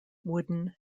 wooden